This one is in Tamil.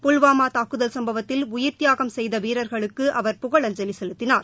புல்வாமா தாக்குதல் சம்பவத்தில் உயிர்த் தியாகம் செய்த வீரர்களுக்கு அவர் புகழஞ்சலி செலுத்தினார்